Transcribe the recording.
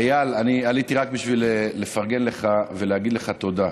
איל, אני עליתי רק בשביל לפרגן לך ולהגיד לך תודה.